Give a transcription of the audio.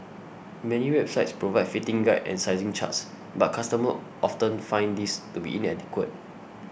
many websites provide fitting guides and sizing charts but customers often find these to be inadequate